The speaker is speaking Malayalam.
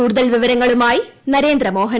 കൂടുതൽ വിവരങ്ങളുമായി ന്രേന്ദ്രമോഹൻ